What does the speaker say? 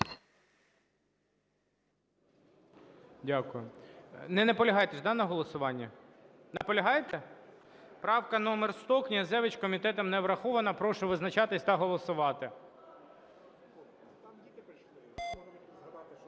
Дякую. Не наполягаєте на голосуванні? Наполягаєте? Правка номер 100, Князевич, комітетом не врахована. Прошу визначатись та голосувати.